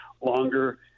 longer